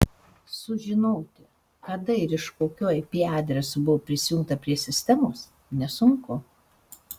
sužinoti kada ir iš kokio ip adreso buvo prisijungta prie sistemos nesunku